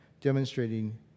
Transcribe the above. demonstrating